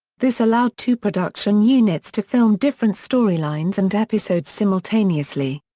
this allowed two production units to film different story lines and episodes simultaneously.